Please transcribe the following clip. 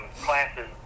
classes